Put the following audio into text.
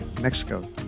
Mexico